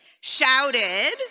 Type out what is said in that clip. shouted